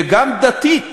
וגם דתית,